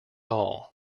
all